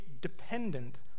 dependent